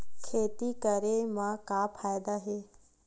खेती करे म का फ़ायदा हे?